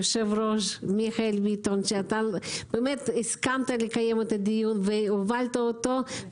היושב-ראש מיכאל ביטון שהסכמת לקיים את הדיון והובלת אותו.